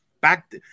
Back